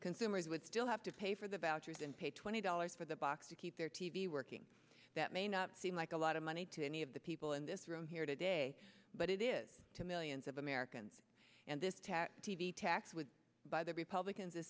consumers would still have to pay for the vouchers and pay twenty dollars for the box to keep their t v working that may not seem like a lot of money to any of the people in this room here today but it is to millions of americans and this tech t v tax would buy the republicans is